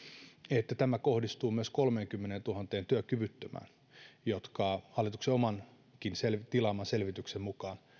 että tämä kohdistuu myös kolmeenkymmeneentuhanteen työkyvyttömään joka hallituksen tilaaman omankin selvityksen mukaan